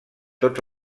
tots